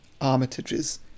Armitages